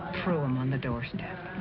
threw him on the doorstep.